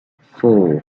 four